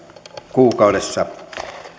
kuukaudessa